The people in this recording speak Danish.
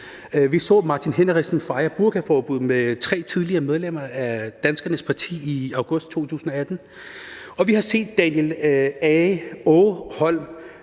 Vi så Martin Henriksen fejre burkaforbuddet med tre tidligere medlemmer af Danskernes Parti i august 2018. Og vi har set, at Daniel Aage Holm,